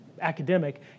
academic